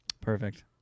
Perfect